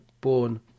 born